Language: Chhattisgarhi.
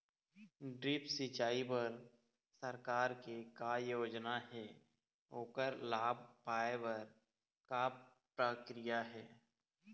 ड्रिप सिचाई बर सरकार के का योजना हे ओकर लाभ पाय बर का प्रक्रिया हे?